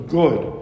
good